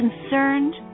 concerned